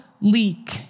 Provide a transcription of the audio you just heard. leak